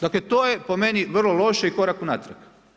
Dakle, to je po meni vrlo loše i korak unatrag.